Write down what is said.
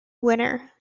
winner